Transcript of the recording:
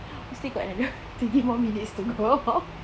we still got another twenty more minutes to go